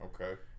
Okay